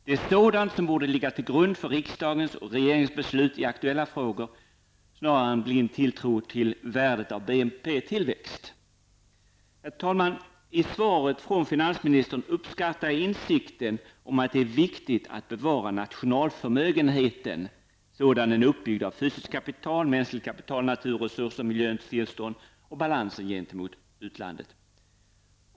Det är sådant som borde ligga till grund för riksdagens och regeringens beslut i aktuella frågor snarare än en blind tilltro till värdet av BNP Herr talman! I svaret från finansministern uppskattar jag insikten om att det är viktigt att bevara nationalförmögenheten sådan den är uppbyggd av fysiskt kapital, mänskligt kapital, naturresurser, miljöns tillstånd och balansen gentemot utlandet.